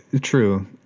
true